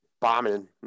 bombing